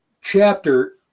chapter